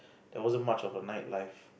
there wasn't much of a night life